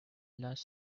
last